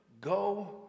Go